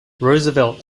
roosevelt